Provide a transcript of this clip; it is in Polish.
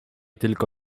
tylko